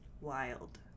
wild